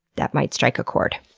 that might strike a chord.